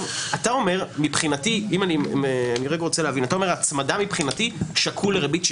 אתה אומר שמבחינתך הצמדה שקולה לריבית שקלית?